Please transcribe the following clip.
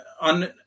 on